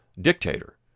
dictator